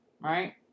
right